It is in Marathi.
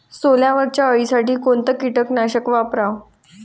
सोल्यावरच्या अळीसाठी कोनतं कीटकनाशक वापराव?